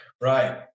Right